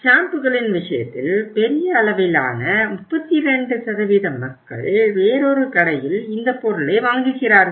ஷாம்பூக்களின் விஷயத்தில் பெரிய அளவிலான 32 மக்கள் வேறொரு கடையில் இந்த பொருளை வாங்குகிறார்கள்